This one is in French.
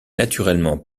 naturellement